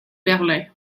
berlin